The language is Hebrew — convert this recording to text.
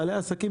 בעלי העסקים,